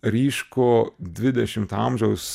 ryškų dvidešimto amžiaus